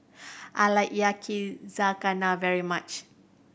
I like Yakizakana very much